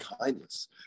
kindness